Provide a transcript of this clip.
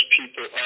people